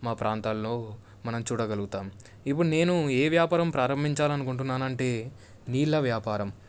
మా ప్రాంతాల్లో మనం చూడగలుగుతాము ఇపుడు నేను ఏ వ్యాపారం ప్రారంభించాలి అనుకుంటున్నాను అంటే నీళ్ళ వ్యాపారం